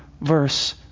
verse